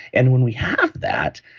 and when we have that,